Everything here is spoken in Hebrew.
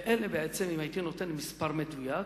לאלה, בעצם, אם הייתי נותן מספר מדויק,